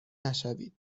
نشوید